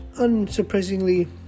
unsurprisingly